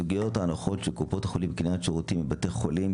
סוגיות הנחות של קופות החולים בקניית שירותים מבתי חולים,